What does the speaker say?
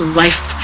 life